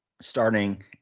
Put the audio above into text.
starting